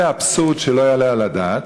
זה אבסורד שלא יעלה על הדעת.